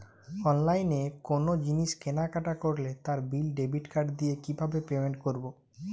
অনলাইনে কোনো জিনিস কেনাকাটা করলে তার বিল ডেবিট কার্ড দিয়ে কিভাবে পেমেন্ট করবো?